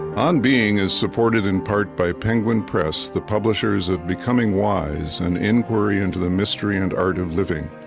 on being is supported in part by penguin press, the publishers of becoming wise an inquiry into the mystery and art of living.